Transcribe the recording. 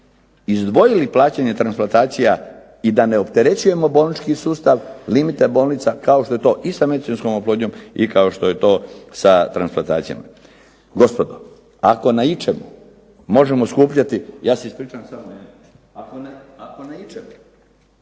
izdvojili plaćanje transplantacija i da ne opterećujemo bolnički sustav, limite bolnica kao što je to i sa medicinskom oplodnjom i kao što je to sa transplantacijama. Gospodo, ako na ičemu možemo skupljati, a to posebno molim